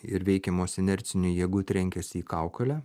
ir veikiamos inercinių jėgų trenkiasi į kaukolę